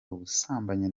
ubusambanyi